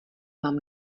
mám